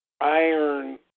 iron